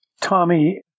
Tommy